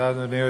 בבקשה, אדוני.